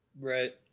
Right